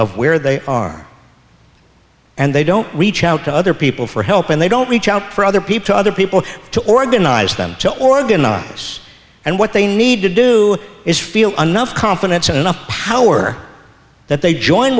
of where they are and they don't reach out to other people for help and they don't reach out for other people to other people to organize them to oregon obvious and what they need to do is feel enough confidence and enough power that they join